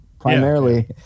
primarily